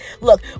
Look